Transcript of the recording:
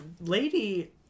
Lady